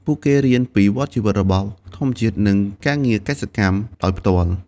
ពួកគេរៀនពីវដ្តជីវិតរបស់ធម្មជាតិ និងការងារកសិកម្មដោយផ្ទាល់។